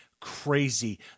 Crazy